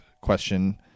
question